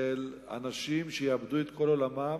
של אנשים שיאבדו את כל עולמם